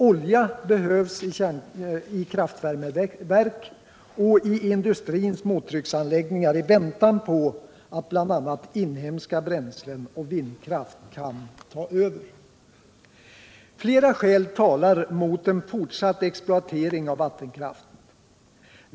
Olja behövs i kraftvärmeverk och i industrins mottrycksanläggningar i väntan på att bl.a. inhemska bränslen och vindkraft kan ta över. Flera skäl talar mot en fortsatt exploatering av vattenkraften.